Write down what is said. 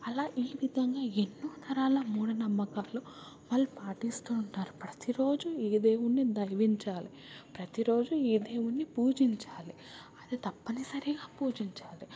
అలా ఈ విధంగా ఎన్నో తరాల మూఢనమ్మకాలు వాళ్ళు పాటిస్తూ ఉంటారు ప్రతిరోజు ఏ దేవున్ని దైవించాలి ప్రతిరోజు ఏ దేవున్ని పూజించాలి అది తప్పనిసరిగా పూజించాలి